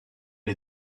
est